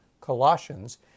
Colossians